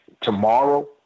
Tomorrow